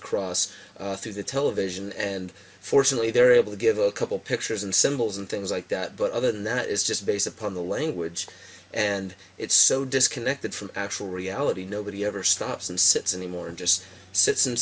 across through the television and fortunately they're able to give a couple pictures and symbols and things like that but other than that it's just based upon the language and it's so disconnected from actual reality nobody ever stops and sits anymore and just sit